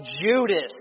Judas